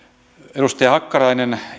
edustaja hakkarainen